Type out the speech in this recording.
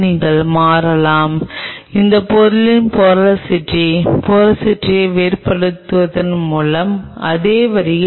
நீங்கள் பார்க்கும் இந்த இளஞ்சிவப்பு கலத்தால் சுரக்கும் ACM ஆகும்